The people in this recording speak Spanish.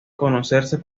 conocerse